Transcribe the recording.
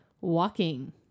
walking